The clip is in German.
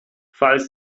falls